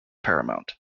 paramount